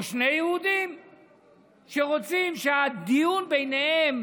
או שני יהודים שרוצים שהדיון ביניהם